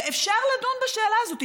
אפשר לדון בשאלה הזאת,